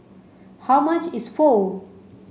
how much is Pho